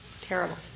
Terrible